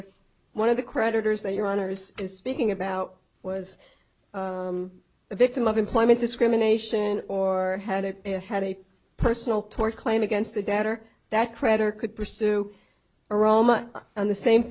if one of the creditors that your honor is speaking about was a victim of employment discrimination or had it had a personal tort claim against the debtor that creditor could pursue aroma in the same